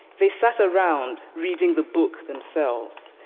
they sat around, reading the book themselves,